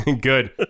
Good